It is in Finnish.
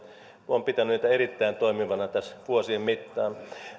olen pitänyt niitä erittäin toimivina tässä vuosien mittaan